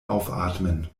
aufatmen